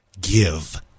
give